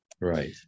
Right